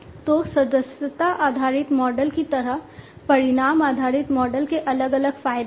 तो सदस्यता आधारित मॉडल की तरह परिणाम आधारित मॉडल के अलग अलग फायदे भी हैं